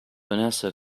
vanessa